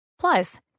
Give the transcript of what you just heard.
Plus